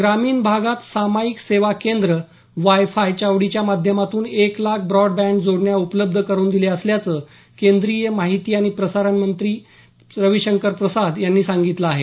ग्रामीण भागात सामायिक सेवा केंद्र वायफाय चावडीच्या माध्यमातून एक लाख ब्रॉडबॅण्ड जोडण्या उपलब्ध करून दिल्या असल्याचं केंद्रीय माहिती आणि तंत्रज्ञान मंत्री रविशंकर प्रसाद यांनी सांगितलं आहे